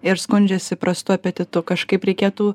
ir skundžiasi prastu apetitu kažkaip reikėtų